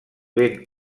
vent